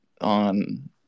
on